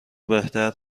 بهتر